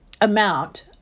amount